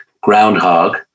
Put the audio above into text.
Groundhog